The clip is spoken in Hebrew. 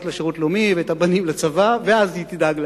לשירות לאומי ואת הבנים לצבא ואז תדאג להם.